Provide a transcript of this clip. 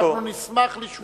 אנחנו נשמח לשמוע אותך.